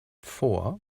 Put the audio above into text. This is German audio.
vor